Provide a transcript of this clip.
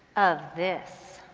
of this.